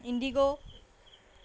indigo